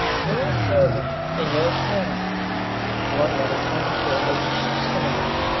your servant and your friend one that attends your ladyship's command.